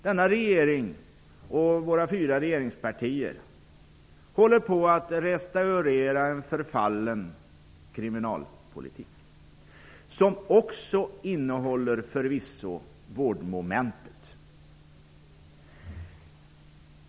Denna regering, och våra fyra regeringspartier, håller på att restaurera en förfallen kriminalpolitik som förvisso också innehåller vårdmoment.